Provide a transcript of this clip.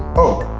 oh?